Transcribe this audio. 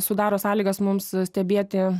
sudaro sąlygas mums stebėti